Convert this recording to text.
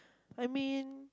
I mean